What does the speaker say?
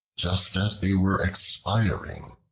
just as they were expiring,